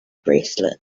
bracelet